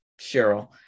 Cheryl